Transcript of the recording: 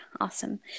Awesome